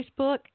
Facebook